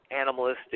animalistic